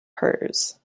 hers